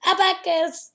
Abacus